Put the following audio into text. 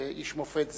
ואיש מופת זה,